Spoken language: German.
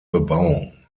bebauung